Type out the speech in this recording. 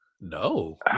no